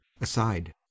Aside